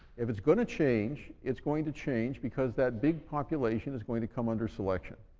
if it's going to change, it's going to change because that big population is going to come under selection.